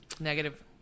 negative